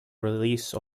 release